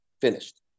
finished